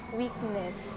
weakness